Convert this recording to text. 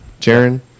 jaron